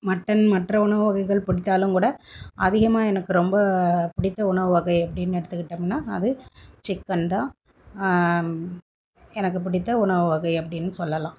mutton மற்ற உணவு வகைகள் பிடித்தாலும் கூட அதிகமாக எனக்கு ரொம்ப பிடித்த உணவு வகை அப்டின்னு எடுத்துக்கிட்டோம்னா அது சிக்கன் தான் எனக்கு பிடித்த உணவு வகை அப்டின்னு சொல்லலாம்